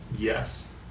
Yes